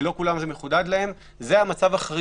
שזה המצב החריג.